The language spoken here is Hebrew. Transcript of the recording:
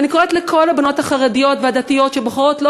ואני קוראת לכל הבנות החרדיות והדתיות שבוחרות שלא